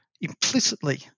implicitly